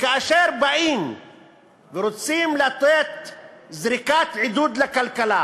שעושים כאשר באים ורוצים לתת זריקת עידוד לכלכלה